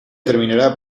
terminará